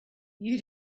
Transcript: you